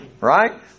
right